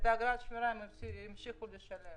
את אגרת השמירה הם המשיכו לשלם